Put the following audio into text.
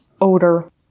odor